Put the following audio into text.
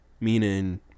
meaning